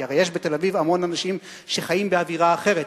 כי הרי יש בתל-אביב המון אנשים שחיים באווירה אחרת.